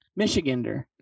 Michigander